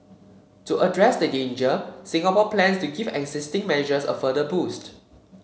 to address the danger Singapore plans to give existing measures a further boost